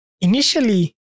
initially